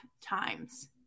times